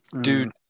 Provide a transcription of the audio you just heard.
Dude